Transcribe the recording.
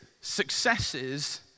successes